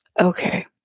okay